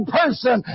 person